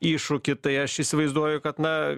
iššūkį tai aš įsivaizduoju kad na